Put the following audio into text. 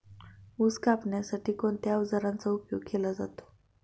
ऊस कापण्यासाठी कोणत्या अवजारांचा उपयोग केला जातो?